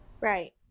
right